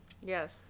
Yes